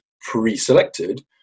pre-selected